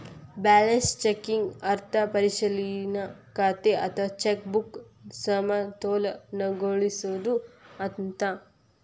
balance checking ಅರ್ಥ ಪರಿಶೇಲನಾ ಖಾತೆ ಅಥವಾ ಚೆಕ್ ಬುಕ್ನ ಸಮತೋಲನಗೊಳಿಸೋದು ಅಂತ